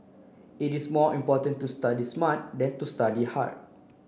it is more important to study smart than to study hard